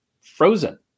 frozen